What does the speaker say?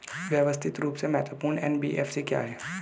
व्यवस्थित रूप से महत्वपूर्ण एन.बी.एफ.सी क्या हैं?